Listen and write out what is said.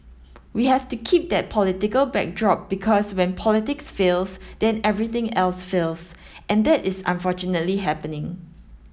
we have to keep that political backdrop because when politics fails then everything else fails and that is unfortunately happening